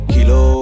Kilo